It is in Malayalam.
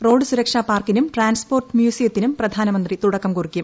റോഡ് സൂരക്ഷാ പാർക്കിനും ട്രാൻസ്പോർട്ട് മ്യൂസിയത്തിനും പ്രധാനമന്ത്രി തുടക്കം കുറിക്കും